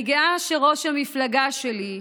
אני גאה שראש המפלגה שלי,